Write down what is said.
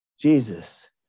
Jesus